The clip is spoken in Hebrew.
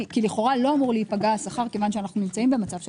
כי לכאורה לא אמור להיפגע השכר כי אנו נמצאים במצב של